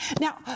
Now